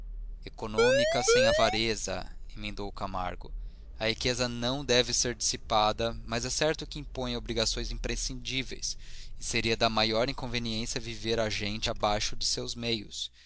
econômica econômica sem avareza emendou camargo a riqueza não deve ser dissipada mas é certo que impõe obrigações imprescindíveis e seria da maior inconveniência viver a gente abaixo de seus meios